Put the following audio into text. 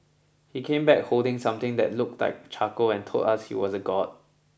he came back holding something that looked like a charcoal and told us he was a god